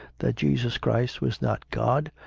that jesus christ was not god,